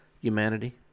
humanity